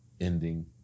ending